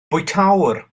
bwytäwr